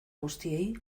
guztiei